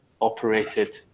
operated